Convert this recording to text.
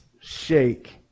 shake